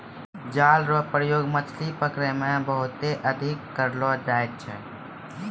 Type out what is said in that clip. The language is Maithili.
जाल रो प्रयोग मछली पकड़ै मे बहुते अधिक करलो जाय छै